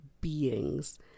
beings